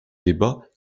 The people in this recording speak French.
débat